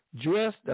Dressed